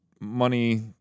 money